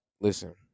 listen